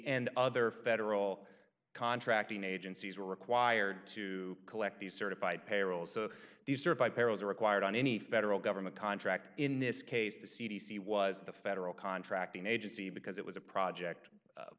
and other federal contracting agencies were required to collect these certified payroll so these are by perils are required on any federal government contract in this case the c d c was the federal contracting agency because it was a project